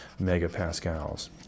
megapascals